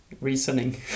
reasoning